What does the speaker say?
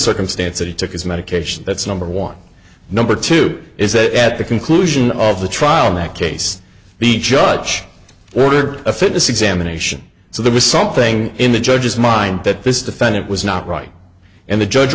circumstances he took his medication that's number one number two is that at the conclusion of the trial in that case the judge ordered a fitness examination so there was something in the judge's mind that this defendant was not right and the judge